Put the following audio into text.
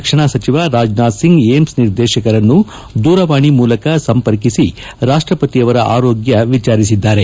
ರಕ್ಷಣಾ ಸಚಿವ ರಾಜನಾಥ್ ಸಿಂಗ್ ಏಮ್ ನಿರ್ದೇಶಕರನ್ನು ದೂರವಾಣಿ ಮೂಲಕ ಸಂಪರ್ಕಿಸಿ ರಾಷ್ಟಪತಿ ಅವರ ಆರೋಗ್ಯ ವಿಚಾರಿಸಿದ್ದಾರೆ